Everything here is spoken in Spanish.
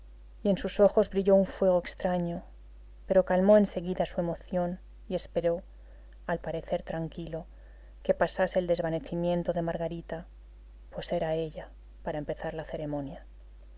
instante en sus ojos brilló un fuego extraño pero calmó en seguida su emoción y esperó al parecer tranquilo que pasase el desvanecimiento de margarita pues era ella para empezar la ceremonia